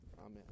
Amen